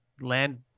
land